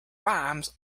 rhymes